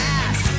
ass